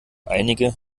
einige